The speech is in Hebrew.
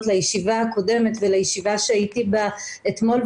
לישיבה הקודמת ולישיבה שהייתי בה אתמול,